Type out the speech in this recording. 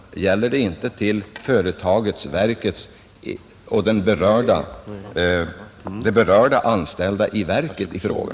Avser den inte de berörda anställda i verket i fråga?